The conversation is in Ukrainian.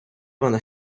вона